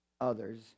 others